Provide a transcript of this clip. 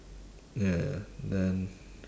ya ya then